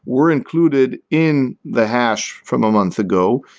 were included in the hash from a month ago,